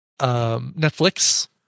Netflix